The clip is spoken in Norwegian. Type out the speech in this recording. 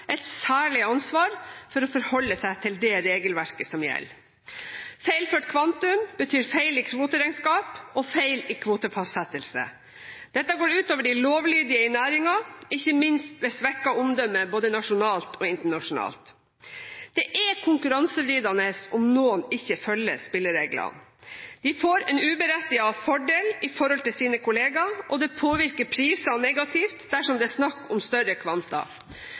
et særlig ansvar for å forholde seg til det regelverket som gjelder. Feilført kvantum betyr feil i kvoteregnskap og feil i kvotefastsettelse. Dette går ut over de lovlydige i næringen, ikke minst ved svekket omdømme både nasjonalt og internasjonalt. Det er konkurransevridende om noen ikke følger spillereglene. De får en uberettiget fordel i forhold til sine kollegaer, og det påvirker prisene negativt dersom det er snakk om større kvanta.